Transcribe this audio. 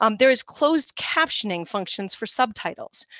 um there is closed captioning functions for subtitles.